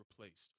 replaced